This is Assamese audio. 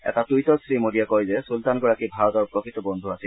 এটা টুইটত শ্ৰীমোদীয়ে কয় যে চুলতানগৰাকী ভাৰতৰ প্ৰকৃত বদু আছিল